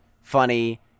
funny